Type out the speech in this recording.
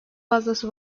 fazlası